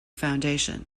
foundation